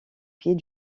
pied